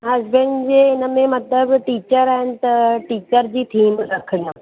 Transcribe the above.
husband जे हिन में मतलबु टीचर आहिनि त टीचर जी थीम रखणी आहे